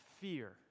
fear